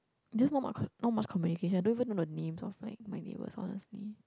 just not much not much communication don't even know the names of like my neighbours honestly